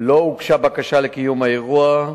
לא הוגשה בקשה לקיום האירוע,